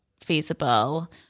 feasible